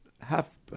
Half